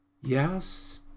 Yes